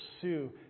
pursue